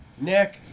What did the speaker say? Nick